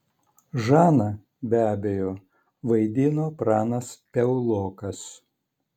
žaną be abejo vaidino pranas piaulokas